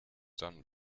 done